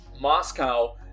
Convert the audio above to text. Moscow